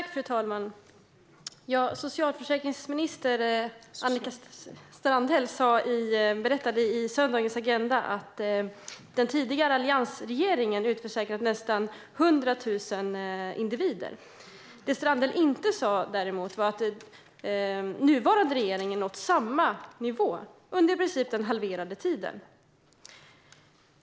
Fru talman! Socialminister Annika Strandhäll berättade i söndagens Agenda att den tidigare alliansregeringen hade utförsäkrat nästan 100 000 individer. Det Strandhäll däremot inte sa var att den nuvarande regeringen har nått samma nivå på i princip halva tiden.